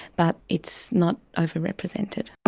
but it's not over-represented.